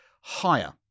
higher